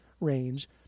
range